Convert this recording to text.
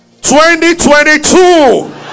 2022